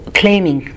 claiming